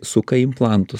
suka implantus